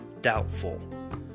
Doubtful